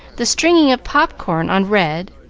the stringing of pop-corn on red,